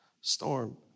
storm